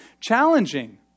challenging